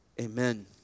Amen